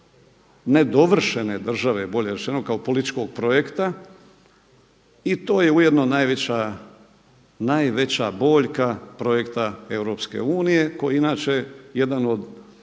nedovršene države bolje rečeno kao političkog projekta i to je ujedno najveća boljka projekta Europske unije koji je inače jedan od